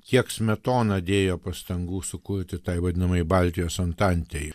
kiek smetona dėjo pastangų sukurti tai vadinamojai baltijos antantei